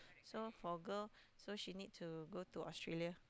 so for girl so she need to go to Australia